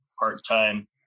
part-time